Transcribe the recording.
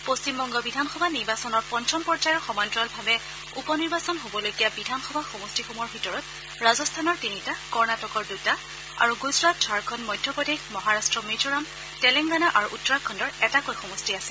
পশ্চিম বংগ বিধানসভা নিৰ্বাচনৰ পঞ্চম পৰ্যয়ৰ সমান্তৰালভাবে উপ নিৰ্বাচন হবলগীয়া বিধানসভা সমষ্টিসমূহৰ ভিতৰত ৰাজস্থানৰ তিনিটা কৰ্ণটিকৰ দুটা আৰু গুজৰাট ঝাৰখণ্ড মধ্যপ্ৰদেশ মহাৰষ্ট মিজোৰাম তেলেংগানা আৰু উত্তৰাখণুৰ এটাকৈ সমষ্টি আছে